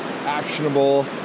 actionable